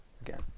again